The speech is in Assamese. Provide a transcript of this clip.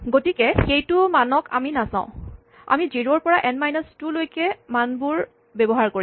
গতিকে সেইটো মান আমি নাচাওঁ আমি জিৰ' ৰ পৰা এন মাইনাছ টু লৈকে মানবোৰ ব্যৱহাৰ কৰিম